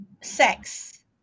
sex